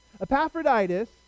Epaphroditus